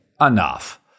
enough